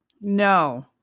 No